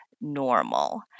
normal